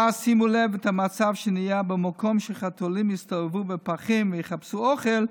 ואז שימו לב למצב שנהיה: במקום שחתולים יסתובבו בפחים ויחפשו אוכל,